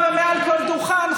כן.